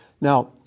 Now